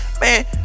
Man